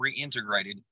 reintegrated